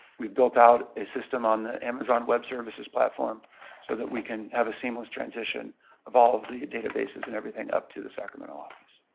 we've built out a system on the amazon web services platform so that we can have a seamless transition of all of the databases and everything up to the sacramento office.